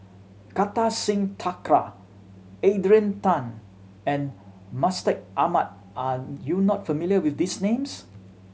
Kartar Singh Thakral Adrian Tan and Mustaq Ahmad are you not familiar with these names